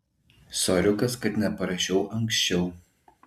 soriukas kad neparašiau anksčiau